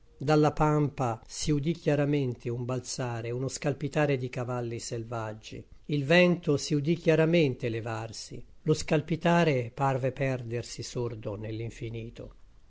dalla pampa si udì chiaramente un balzare uno scalpitare di cavalli selvaggi il vento si udì chiaramente levarsi lo scalpitare parve perdersi sordo